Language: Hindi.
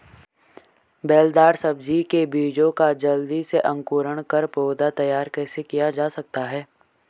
बेलदार सब्जी के बीजों का जल्दी से अंकुरण कर पौधा तैयार कैसे किया जा सकता है?